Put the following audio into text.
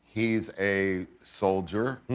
he's a soldier